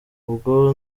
ubwo